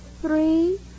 three